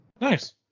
Nice